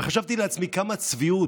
וחשבתי לעצמי כמה צביעות,